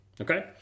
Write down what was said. Okay